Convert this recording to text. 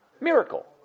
miracle